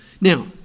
Now